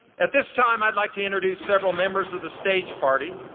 at this time i'd like to introduce several members ah the stage party.